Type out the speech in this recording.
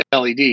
LED